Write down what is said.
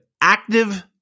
active